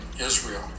Israel